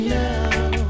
now